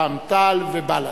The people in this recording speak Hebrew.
רע"ם-תע"ל ובל"ד.